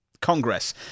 Congress